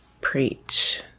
Preach